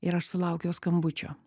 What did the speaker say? ir aš sulaukiau skambučio